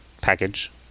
package